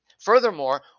Furthermore